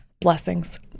blessings